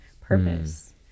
purpose